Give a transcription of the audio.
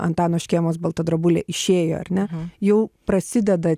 antano škėmos balta drobulė išėjo ar ne jau prasideda